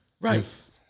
right